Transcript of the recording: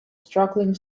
struggling